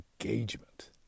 engagement